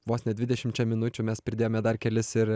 vos ne dvidešimčia minučių mes pridėjome dar kelis ir